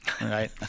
right